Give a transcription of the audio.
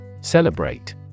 celebrate